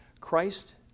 Christ